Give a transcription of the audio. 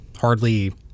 hardly